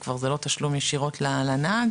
וכבר זה לא תשלום ישירות לנהג